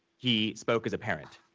he spoke as a parent.